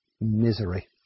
misery